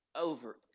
over